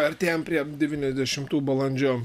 artėjam prie devyniasdešimtų balandžio